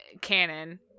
canon